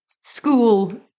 school